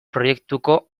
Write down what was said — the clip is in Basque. proiektuko